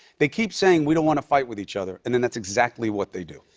they keep saying we don't want to fight with each other, and then that's exactly what they do.